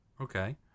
Okay